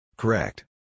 Correct